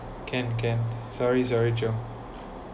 can can sorry sorry joan